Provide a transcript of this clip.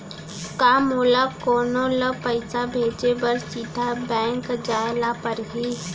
का मोला कोनो ल पइसा भेजे बर सीधा बैंक जाय ला परही?